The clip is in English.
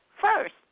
first